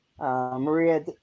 Maria